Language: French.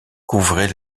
couvrait